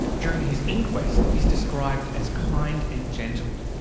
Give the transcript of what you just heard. during his inquest he's described as kind and gentle.